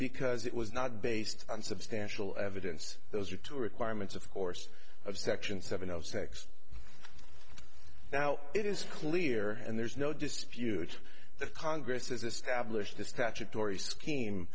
because it was not based on substantial evidence those are two requirements of course of section seven zero six now it is clear and there's no dispute the congress has established a statutory scheme